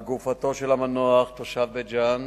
על גופתו של המנוח, תושב בית-ג'ן,